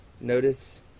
Notice